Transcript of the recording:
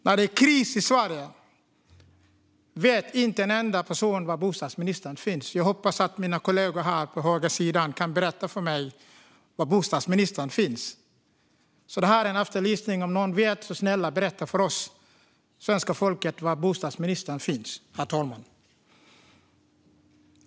När det är kris i Sverige vet inte en enda person var bostadsministern finns. Jag hoppas att mina kollegor här på högersidan kan berätta för mig var bostadsministern finns. Detta är alltså en efterlysning. Om någon vet var bostadsministern är så var snäll och berätta det för oss, svenska folket.